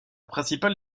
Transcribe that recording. principale